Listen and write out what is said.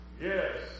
Yes